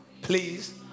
please